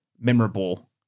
memorable